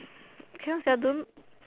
cannot sia don't